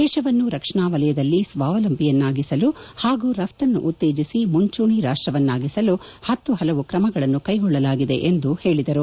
ದೇಶವನ್ನು ರಕ್ಷಣಾ ವಲಯದಲ್ಲಿ ಸ್ವಾವಲಂಬಿಯನ್ನಾಗಿಸಲು ಪಾಗೂ ರಫ್ತನ್ನು ಉತ್ತೇಜಿಸಿ ಮುಂಚೂಣಿ ರಾಷ್ಟವನ್ನಾಗಿಸಲು ಪತ್ತು ಪಲವು ಕ್ರಮಗಳನ್ನು ಕೈಗೊಳ್ಳಲಾಗಿದೆ ಎಂದು ಅವರು ಹೇಳಿದರು